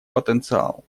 потенциал